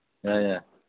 ꯌꯥꯏ ꯌꯥꯏ